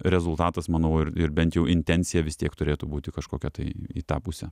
rezultatas manau ir ir bent jau intencija vis tiek turėtų būti kažkokia tai į tą pusę